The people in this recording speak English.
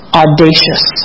audacious